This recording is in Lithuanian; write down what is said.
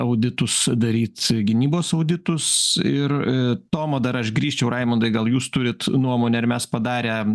auditus daryt gynybos auditus ir tomo dar aš grįžčiau raimundai gal jūs turit nuomonę ar mes padarę